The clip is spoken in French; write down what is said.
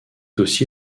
aussi